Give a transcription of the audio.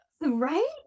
right